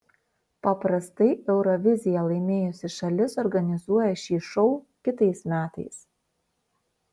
paprastai euroviziją laimėjusi šalis organizuoja šį šou kitais metais